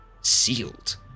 sealed